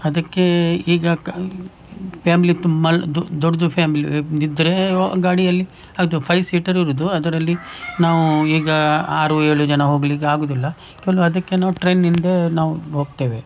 ಅದಕ್ಕೆ ಈಗ ಕ್ ಫ್ಯಾಮ್ಲಿ ತುಂಬ ದೊಡ್ಡದು ಫ್ಯಾಮ್ಲಿ ಇದ್ದರೆ ಓ ಗಾಡಿಯಲ್ಲಿ ಅದು ಫೈವ್ ಸೀಟರ್ ಇರೋದು ಅದರಲ್ಲಿ ನಾವು ಈಗ ಆರು ಏಳು ಜನ ಹೋಗ್ಲಿಕ್ಕೆ ಆಗೋದಿಲ್ಲ ಕೆಲು ಅದಕ್ಕೆ ನಾವು ಟ್ರೇನ್ನಿಂದೆ ನಾವು ಹೋಗ್ತೇವೆ